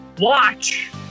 watch